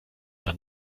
dann